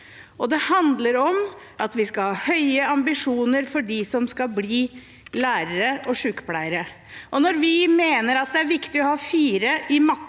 Det handler om at vi skal ha høye ambisjoner for dem som skal bli lærere og sykepleiere. Når vi mener at det er viktig å ha fire i matte,